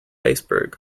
iceberg